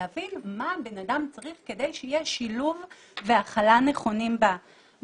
ולהבין מה בן אדם צריך כדי שיהיה שילוב והכלה נכונים בעניין,